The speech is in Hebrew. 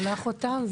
שלחתי אותם.